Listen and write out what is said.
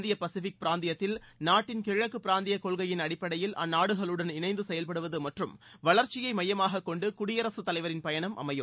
இந்திய பசிபிக் பிராந்தியத்தில் நாட்டின் கிழக்கு பிராந்திய கொள்கையின் அடிப்படையில் அந்நாடுகளுடன் இணைந்து செயல்படுவது மற்றும் வளர்ச்சியை மையமாக கொண்டு குடியரசு தலைவரின் பயணம் அமையும்